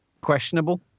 questionable